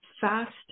fast